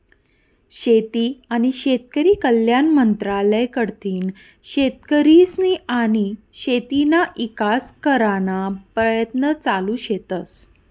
शेती आनी शेतकरी कल्याण मंत्रालय कडथीन शेतकरीस्नी आनी शेतीना ईकास कराना परयत्न चालू शेतस